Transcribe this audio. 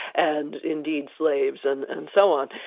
and indeed slaves and and so on.